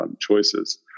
choices